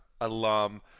alum